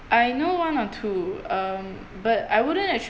I know one or two um but I wouldn't